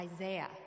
isaiah